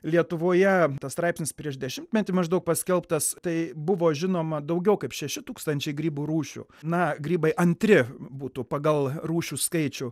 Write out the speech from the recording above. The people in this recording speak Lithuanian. lietuvoje tas straipsnis prieš dešimtmetį maždaug paskelbtas tai buvo žinoma daugiau kaip šeši tūkstančiai grybų rūšių na grybai antri būtų pagal rūšių skaičių